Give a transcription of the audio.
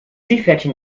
seepferdchen